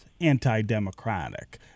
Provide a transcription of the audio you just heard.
anti-democratic